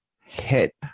hit